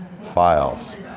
files